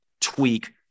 tweak